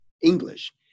English